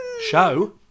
Show